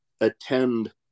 attend